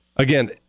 Again